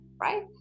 right